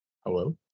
Hello